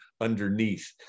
underneath